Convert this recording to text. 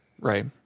Right